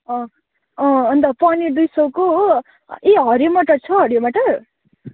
a अ अन्त पनिर दुई सयको हो ए हरियो मटर छ हरियो मटर